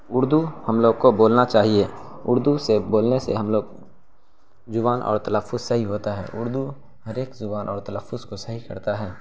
اردو ہم لوگ کو بولنا چاہیے اردو سے بولنے سے ہم لوگ زبان اور تلفظ صحیح ہوتا ہے اردو ہر ایک زبان اور تلفظ کو صحیح کرتا ہے